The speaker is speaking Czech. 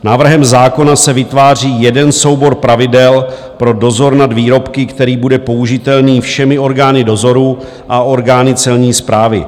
Návrhem zákona se vytváří jeden soubor pravidel pro dozor nad výrobky, který bude použitelný všemi orgány dozoru a orgány Celní správy.